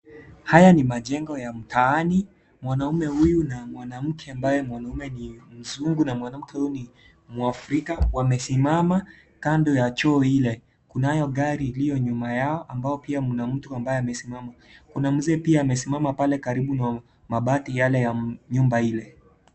Haya ni majengo ya mtaani, mwanaume uyu na mwanamke amabye mwanaume ni mzungu na mwanamke uyu ni mwafrika , wamesimama kando ya choo ile, kunayo gari iliyo nyuma ambao pia mna mtu ambaye amesimama, kuna mzee pia amesimama pale karibu na mabati yale ya nyumba ile